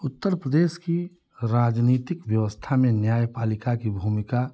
उत्तरप्रदेश की राजनीतिक व्यवस्था में न्याय पालिका की भूमिका